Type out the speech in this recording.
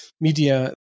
media